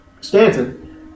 Stanton